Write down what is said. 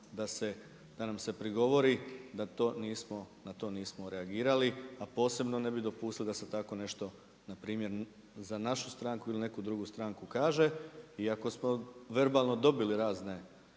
nam se prigovori da na to nismo reagirali, a posebno ne bi dopustili da se tako ne što npr. za našu stranku ili neku drugu stranku kaže iako smo verbalno dobili razne